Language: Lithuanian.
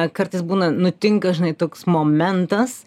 kartais būna nutinka žinai toks momentas